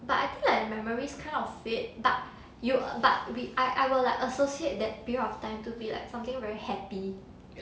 but I feel like memories kind of fate but you but we I I will like associate that period of time to be like something very happy the secondary school ya like say that it was I mean like where do you compare